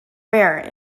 rare